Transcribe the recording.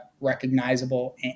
recognizable